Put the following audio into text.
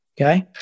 Okay